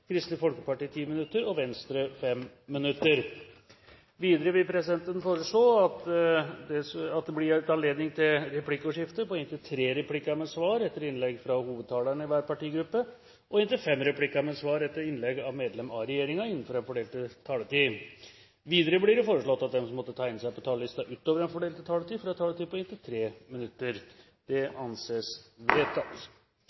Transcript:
Kristelig Folkeparti 10 minutter og Venstre 5 minutter. Presidenten vil videre foreslå at det blir gitt anledning til replikkordskifte på inntil tre replikker med svar etter innlegg fra hovedtalerne i hver partigruppe og inntil fem replikker med svar etter innlegg fra medlem av regjeringen innenfor den fordelte taletid. Det blir videre foreslått at de som måtte tegne seg på talerlisten utover den fordelte taletid, får en taletid på inntil 3 minutter.